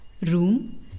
room